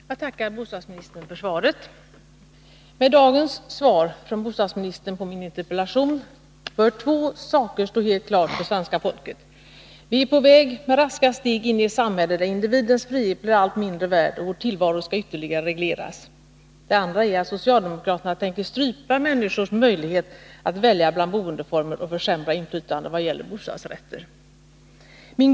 Herr talman! Jag tackar bostadsministern för svaret på min interpellation. Med dagens svar från bostadsministern bör två saker stå helt klara för svenska folket: 1. Vi är med raska steg på väg in i ett samhälle, där individens frihet blir allt mindre värd och vår tillvaro ytterligare skall regleras. 2. Socialdemokraterna tänker strypa människors möjlighet att välja bland boendeformer och vill försämra inflytandet vad gäller bostadsrätter.